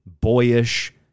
boyish